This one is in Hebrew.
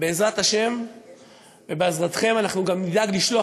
ובעזרת השם ובעזרתכם אנחנו גם נדאג לשלוח